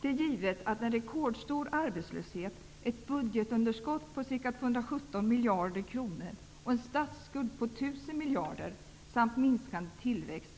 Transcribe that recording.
Det är givet att en rekordstor arbetslöshet, ett budgetunderskott på ca 217 miljarder kronor, en statsskuld på 1 000 miljarder kronor samt minskad tillväxt